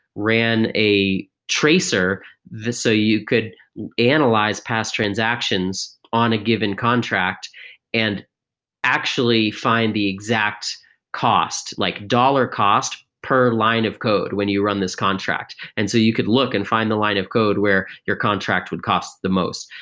ran a tracer so you could analyze past transactions on a given contract and actually find the exact cost, like dollar cost per line of code when you run this contract. and so you could look and find the line of code where your contract would cost the most.